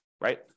right